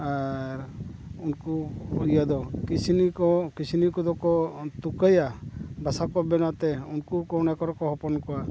ᱟᱨ ᱩᱱᱠᱩ ᱤᱭᱟᱹ ᱫᱚ ᱠᱤᱥᱱᱤ ᱠᱚ ᱠᱤᱥᱱᱤ ᱠᱚᱫᱚ ᱠᱚ ᱛᱩᱠᱟᱹᱭᱟ ᱵᱟᱥᱟ ᱠᱚ ᱵᱮᱱᱟᱣ ᱛᱮ ᱩᱱᱠᱩ ᱠᱚ ᱚᱱᱟ ᱠᱚᱨᱮ ᱠᱚ ᱦᱚᱯᱚᱱ ᱠᱚᱣᱟ